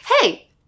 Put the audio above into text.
hey